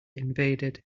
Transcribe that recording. invaded